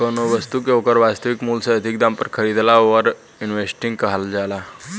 कौनो बस्तु के ओकर वास्तविक मूल से अधिक दाम पर खरीदला ओवर इन्वेस्टिंग कहल जाला